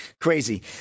Crazy